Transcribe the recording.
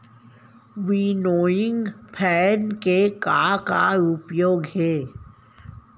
Winnowing fan के का का उपयोग हे?